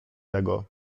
tego